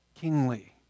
kingly